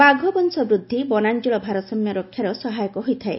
ବାଘ ବଂଶ ବୂଦ୍ଧି ବନାଞଳ ଭାରସାମ୍ୟ ରକ୍ଷାରେ ସହାୟକ ହୋଇଥାଏ